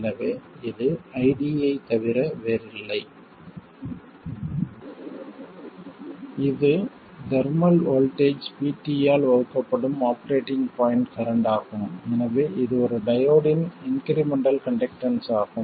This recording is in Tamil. எனவே இதுID0 ஐத் தவிர வேறில்லை இது தெர்மல் வோல்ட்டேஜ் Vt ஆல் வகுக்கப்படும் ஆபரேட்டிங் பாய்ண்ட் கரண்ட் ஆகும் எனவே இது ஒரு டையோடின் இன்க்ரிமெண்டல் கண்டக்டன்ஸ் ஆகும்